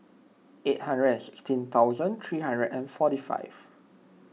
eight hundred and sixteen thousand three hundred and forty five